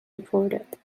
reported